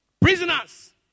Prisoners